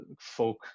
folk